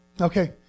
Okay